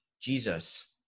Jesus